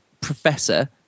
professor